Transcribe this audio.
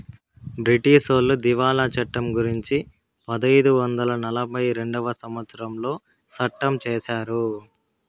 బ్రిటీసోళ్లు దివాళా చట్టం గురుంచి పదైదు వందల నలభై రెండవ సంవచ్చరంలో సట్టం చేశారు